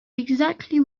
exactly